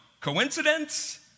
Coincidence